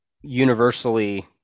universally